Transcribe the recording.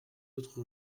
l’autre